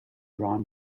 drawn